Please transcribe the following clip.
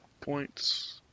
points